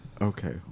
Okay